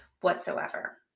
whatsoever